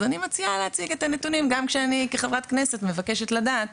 אז אני מציעה להציג את הנתונים גם כשאני כחברת כנסת מבקשת לדעת